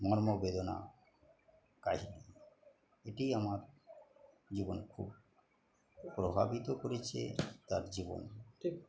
মর্ম বেদনা কাহিনি এটি আমার জীবন খুব প্রভাবিত করেছে তার জীবন